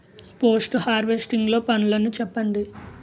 Post harvesting లో పనులను చెప్పండి?